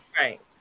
right